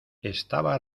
estaba